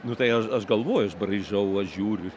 nu tai aš aš galvoju aš braižau aš žiūriu